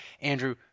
Andrew